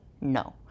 no